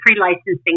pre-licensing